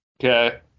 Okay